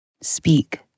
Speak